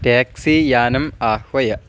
taxi यानम् आह्वय